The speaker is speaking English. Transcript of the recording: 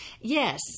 Yes